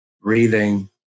breathing